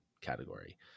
category